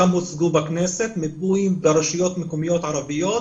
הם גם הוצגו בכנסת, מיפוי ברשויות מקומיות ערביות.